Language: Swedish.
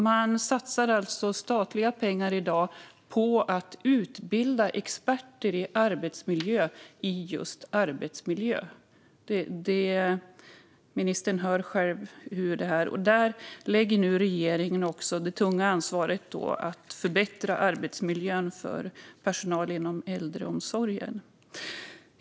Man satsar alltså i dag statliga pengar på att utbilda experter på arbetsmiljö i just arbetsmiljö. Ministern hör själv hur det låter. Där lägger nu också regeringen det tunga ansvaret att förbättra arbetsmiljön för personal inom äldreomsorgen.